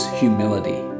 humility